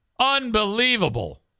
Unbelievable